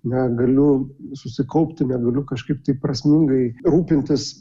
negaliu susikaupti negaliu kažkaip taip prasmingai rūpintis